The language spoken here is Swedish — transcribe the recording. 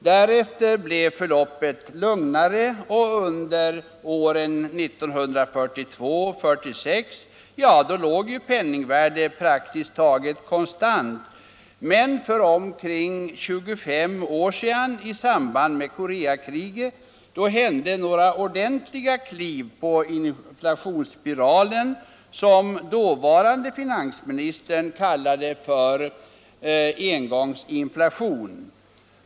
Därefter blev förloppet lugnare, och under åren 1942-1946 var penningvärdet praktiskt taget konstant. Men i samband med Koreakriget för omkring 25 år sedan blev det några ordentliga varv kring inflationsspiralen, som dåvarande finansministern kallade för engångsinflation.